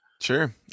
sure